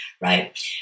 right